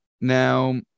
Now